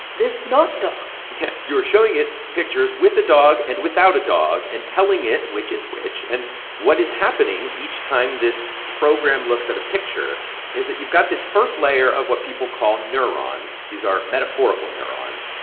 this not dog yeah, you're showing it pictures with a dog and without a dog and telling it which is which. and what is happening each time this program looks at a picture is that you've got this first layer of what people call neurons. these are metaphorical neurons.